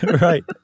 Right